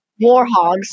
warhogs